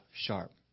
sharp